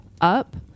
up